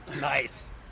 Nice